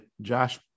josh